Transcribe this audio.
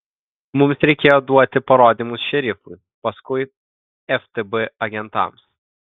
mums reikėjo duoti parodymus šerifui paskui ftb agentams